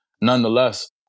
Nonetheless